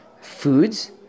foods